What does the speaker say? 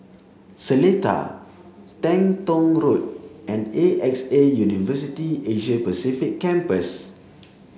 Seletar Teng Tong Road and A X A University Asia Pacific Campus